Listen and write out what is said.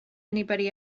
anybody